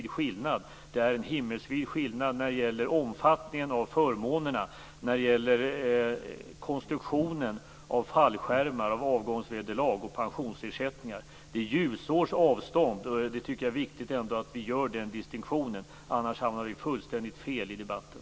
Det är en himmelsvid skillnad när det gäller omfattningen av förmånerna och konstruktionen av fallskärmar, avgångsvederlag och pensionsersättningar. Det är ljusårs avstånd. Jag tycker att det är viktigt att vi ändå gör den distinktionen. Annars hamnar vi fullständigt fel i debatten.